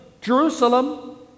Jerusalem